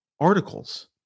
articles